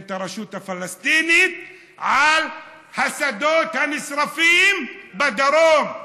את הרשות הפלסטינית על השדות הנשרפים בדרום.